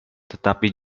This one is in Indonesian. tetapi